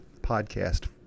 podcast